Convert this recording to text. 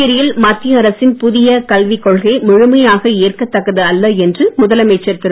புதுச்சேரியில் மத்திய அரசின் புதிய கல்வி கொள்கை முழுமையாக ஏற்கத் தக்கது அல்ல என்று முதலமைச்சர் திரு